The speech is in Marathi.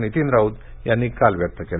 नितीन राऊत यांनी काल व्यक्त केला